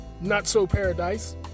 not-so-paradise